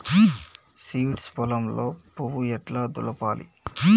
Seeds పొలంలో పువ్వు ఎట్లా దులపాలి?